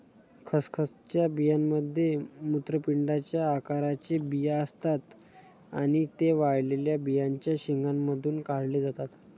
खसखसच्या बियांमध्ये मूत्रपिंडाच्या आकाराचे बिया असतात आणि ते वाळलेल्या बियांच्या शेंगांमधून काढले जातात